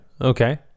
okay